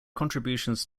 contributions